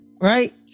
right